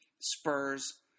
Spurs